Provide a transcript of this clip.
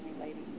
lady